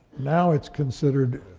now it's considered,